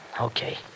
Okay